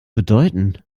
bedeuten